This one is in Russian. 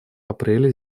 апреле